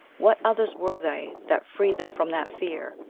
what others were they that freed them from that fear?